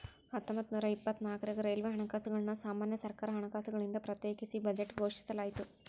ಹತ್ತೊಂಬತ್ತನೂರ ಇಪ್ಪತ್ನಾಕ್ರಾಗ ರೈಲ್ವೆ ಹಣಕಾಸುಗಳನ್ನ ಸಾಮಾನ್ಯ ಸರ್ಕಾರ ಹಣಕಾಸುಗಳಿಂದ ಪ್ರತ್ಯೇಕಿಸಿ ಬಜೆಟ್ ಘೋಷಿಸಲಾಯ್ತ